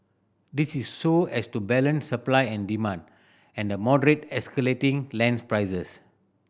this is so as to balance supply and demand and moderate escalating lands prices